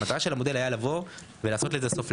המטרה של המודל הייתה לבוא ולעשות לזה סוף.